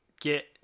get